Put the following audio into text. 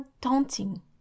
taunting